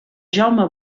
jaume